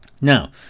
now